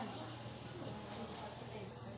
Metric ton ಕಬ್ಬು ಕಡಿಯಾಕ ಆಳಿಗೆ ಎಷ್ಟ ರೊಕ್ಕ ಕೊಡಬೇಕ್ರೇ?